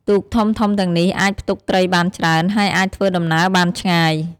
ទូកធំៗទាំងនេះអាចផ្ទុកត្រីបានច្រើន ហើយអាចធ្វើដំណើរបានឆ្ងាយ។